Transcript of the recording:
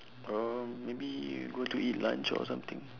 uh maybe go to eat lunch or something